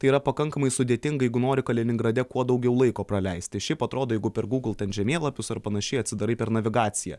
tai yra pakankamai sudėtinga jeigu nori kaliningrade kuo daugiau laiko praleisti šiaip atrodo jeigu per google žemėlapius ar panašiai atsidarai per navigaciją